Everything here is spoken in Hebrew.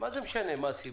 לא משנה מה הסיבה.